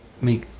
Make